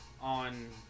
on